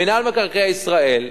מינהל מקרקעי ישראל,